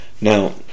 Now